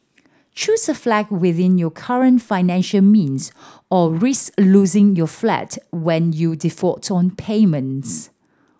choose a flat within your current financial means or risk losing your flat when you default on payments